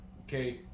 okay